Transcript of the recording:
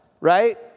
right